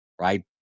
right